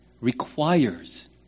requires